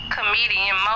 Comedian